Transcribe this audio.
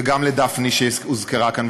וגם לדפני שהוזכרה כאן,